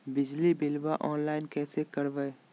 बिजली बिलाबा ऑनलाइन कैसे करबै?